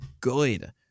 good